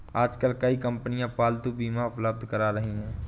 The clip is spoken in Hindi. आजकल कई कंपनियां पालतू बीमा उपलब्ध करा रही है